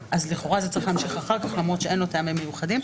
לכאורה זה צריך להמשיך אחר כך למרות שאין לו טעמים מיוחדים.